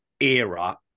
era